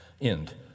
end